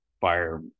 fire